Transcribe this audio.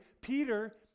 Peter